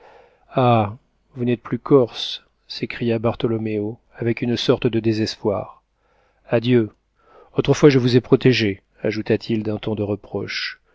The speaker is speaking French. ah vous n'êtes plus corses s'écria bartholoméo avec une sorte de désespoir adieu autrefois je vous ai protégés ajouta-t-il d'un ton de reproche